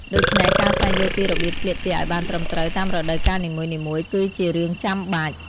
ដូច្នេះ ការស្វែងយល់ពីរបៀបស្លៀកពាក់ឲ្យបានត្រឹមត្រូវតាមរដូវកាលនីមួយៗគឺជារឿងចាំបាច់។